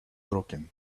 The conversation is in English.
broken